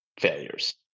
failures